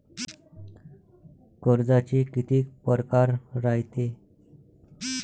कर्जाचे कितीक परकार रायते?